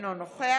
אינו נוכח